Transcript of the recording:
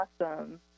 Awesome